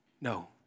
No